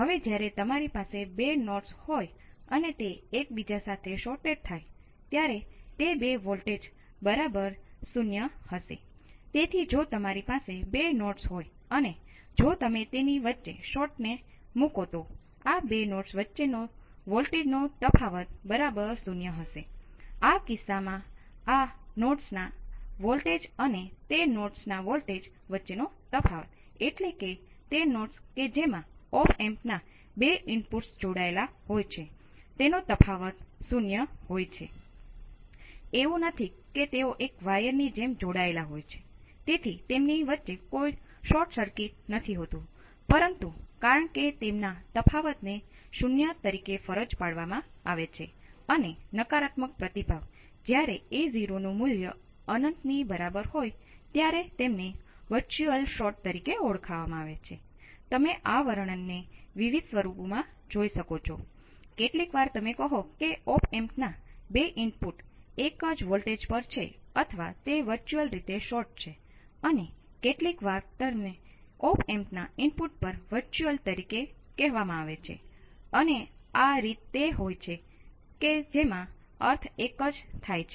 હવે તમે જોઈ શકો છો કે Ix ખરેખર નેગેટિવ ચિહ્ન સાથે ViRx ભાંગ્યા k 1 હોય છે